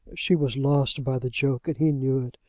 she was lost by the joke and he knew it.